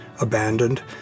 abandoned